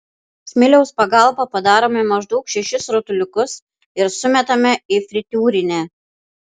smiliaus pagalba padarome maždaug šešis rutuliukus ir sumetame į fritiūrinę